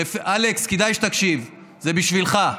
זה בשבילך.